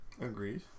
Agreed